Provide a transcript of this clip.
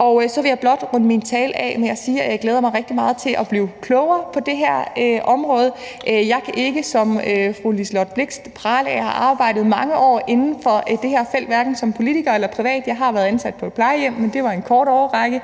Jeg vil blot runde min tale af med at sige, at jeg glæder mig rigtig meget til at blive klogere på det her område. Jeg kan ikke, som fru Liselott Blixt, prale af at have arbejdet mange år inden for det her felt, hverken som politiker eller privat. Jeg har været ansat på et plejehjem, men det var en kort årrække,